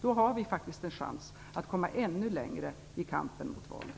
Då har vi faktiskt en chans att komma ännu längre i kampen mot våldet.